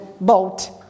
boat